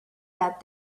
that